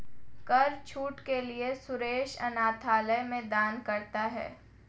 कर छूट के लिए सुरेश अनाथालय में दान करता है